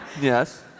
Yes